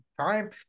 time